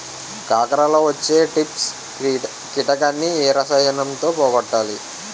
కాకరలో వచ్చే ట్రిప్స్ కిటకని ఏ రసాయనంతో పోగొట్టాలి?